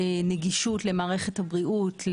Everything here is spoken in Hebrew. נגישות למערכת הבריאות,